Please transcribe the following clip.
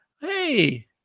hey